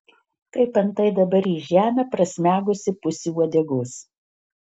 kaip antai dabar į žemę prasmegusi pusė uodegos